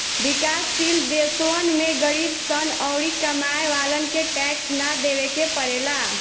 विकाश शील देशवन में गरीब सन अउरी कमाए वालन के टैक्स ना देवे के पड़ेला